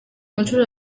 inshuro